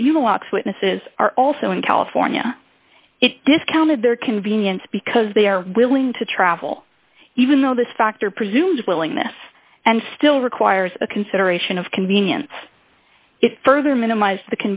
that you know lots witnesses are also in california it discounted their convenience because they are willing to travel even though this factor presumes willingness and still requires a consideration of convenience further minimize the